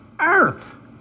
earth